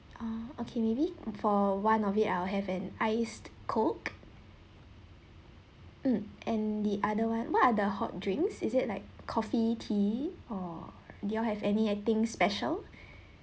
uh okay maybe for one of it I'll have an iced coke mm and the other one what are the hot drinks is it like coffee tea or do you all have anything special